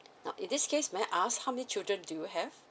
now in this case may I ask how many children do you have